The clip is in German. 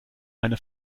eine